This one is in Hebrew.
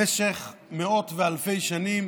במשך מאות ואלפי שנים